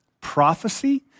prophecy